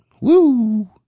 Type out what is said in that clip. Woo